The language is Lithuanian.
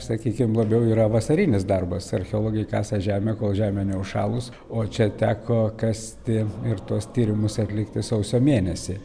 sakykime labiau yra vasarinis darbas archeologai kasa žemę kol žemė neužšalus o čia teko kasti ir tuos tyrimus atlikti sausio mėnesį